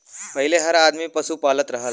पहिले हर आदमी पसु पालत रहल